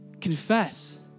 Confess